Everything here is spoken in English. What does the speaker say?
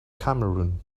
cameroon